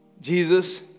Jesus